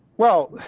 well,